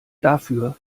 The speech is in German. dafür